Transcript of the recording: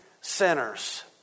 sinners